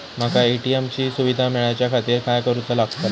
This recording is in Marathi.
माका ए.टी.एम ची सुविधा मेलाच्याखातिर काय करूचा लागतला?